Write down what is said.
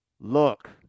Look